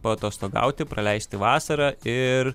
paatostogauti praleisti vasarą ir